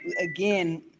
again